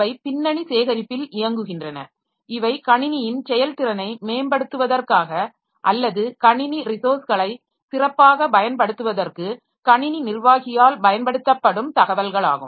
அவை பின்னணி சேகரிப்பில் இயங்குகின்றன இது கணினியின் செயல்திறனை மேம்படுத்துவதற்காக அல்லது கணினி ரிசோர்ஸ்களை சிறப்பாகப் பயன்படுத்துவதற்கு கணினி நிர்வாகியால் பயன்படுத்தப்படும் தகவல்களாகும்